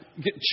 get